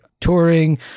touring